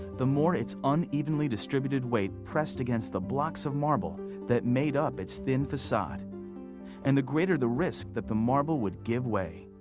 the more its unevenly distributed weight pressed against the blocks of marble that made up its thin facade and the greater the risk that the marble would give way.